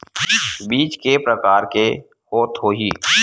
बीज के प्रकार के होत होही?